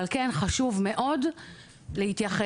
אבל כן חשוב מאוד להתייחס.